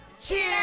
Cheers